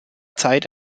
zeit